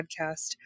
podcast